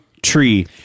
Tree